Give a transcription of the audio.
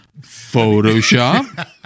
Photoshop